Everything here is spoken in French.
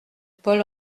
paul